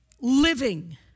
living